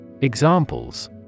Examples